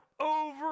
over